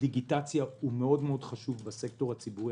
דיגיטציה הוא מאוד חשוב בסקטור הציבורי.